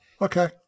Okay